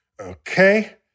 Okay